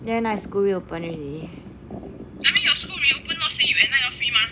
then my school reopen already